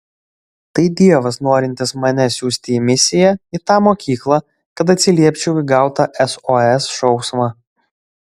tai dievas norintis mane siųsti į misiją į tą mokyklą kad atsiliepčiau į gautą sos šauksmą